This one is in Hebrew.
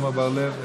עמר בר-לב,